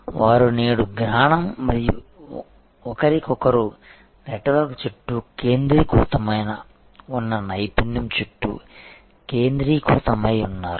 కానీ వారు నేడు జ్ఞానం మరియు ఒకరికొకరు నెట్వర్క్ చుట్టూ కేంద్రీకృతమై ఉన్న నైపుణ్యం చుట్టూ కేంద్రీకృతమై ఉన్నారు